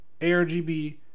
ARGB